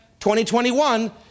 2021